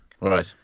right